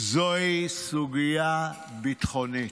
זוהי סוגיה ביטחונית.